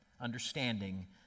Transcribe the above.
understanding